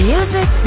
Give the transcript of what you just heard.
Music